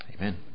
Amen